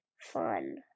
Fun